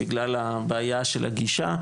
בגלל הבעיה של הגישה.